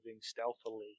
stealthily